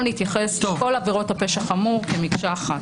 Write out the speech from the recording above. להתייחס לכל עבירות הפשע החמור כמקשה אחת.